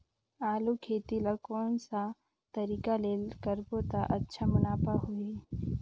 आलू खेती ला कोन सा तरीका ले करबो त अच्छा मुनाफा होही?